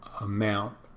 amount